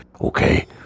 okay